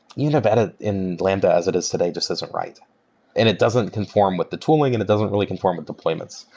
you know vetted in lambda as it is today just isn't right and it doesn't conform with the tooling and it doesn't really conform with deployments.